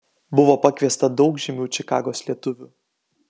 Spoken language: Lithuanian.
buvo pakviesta daug žymių čikagos lietuvių